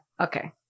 Okay